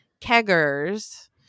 keggers